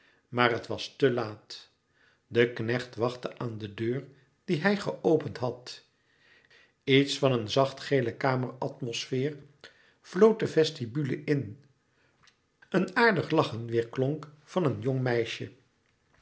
maar het was te laat de knecht wachtte aan de deur die hij geopend had iets van een zachtgele kameratmosfeer vloot de vestibule in een aardig lachen weêrklonk van een jong meisje